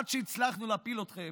עד שהצלחנו להפיל אתכם,